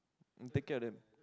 take care of them